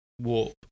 Warp